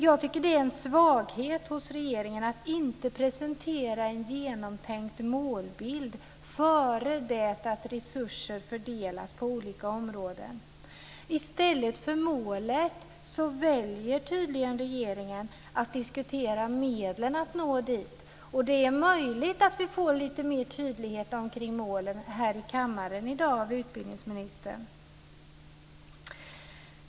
Jag tycker att det är en svaghet hos regeringen att inte presentera en genomtänkt målbild före det att resurser fördelas på olika områden. I stället för att diskutera målet väljer tydligen regeringen att diskutera medlen för att nå dit. Det är möjligt att vi får lite mer tydlighet omkring målen här i kammaren i dag av utbildningsministern.